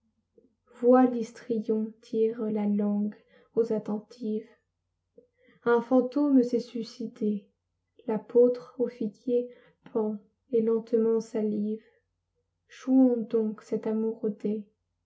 vois l'histrion tire la langue aux attentives un fantôme s'est suicidé l'apôtre au figuier pend et lentement salive jouons donc cet amour